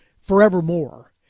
forevermore